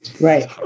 Right